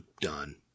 done